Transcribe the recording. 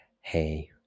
hey